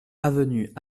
avenue